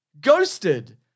Ghosted